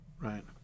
right